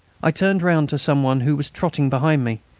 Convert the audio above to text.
i turned round to some one who was trotting behind me.